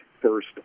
first